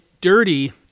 dirty